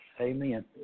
Amen